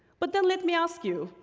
but then let me ask you,